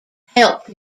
helped